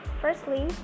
Firstly